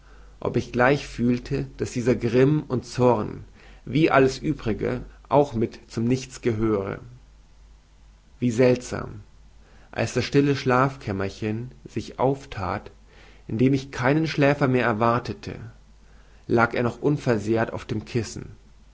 ob ich gleich fühlte daß dieser grimm und zorn wie alles übrige auch mit zum nichts gehöre wie seltsam als das stille schlafkämmerchen sich aufthat in dem ich keinen schläfer mehr erwartete lag er noch unversehrt auf dem kissen